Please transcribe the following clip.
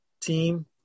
team